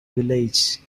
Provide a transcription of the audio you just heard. village